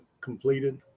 completed